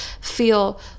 feel